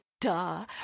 duh